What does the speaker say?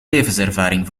levenservaring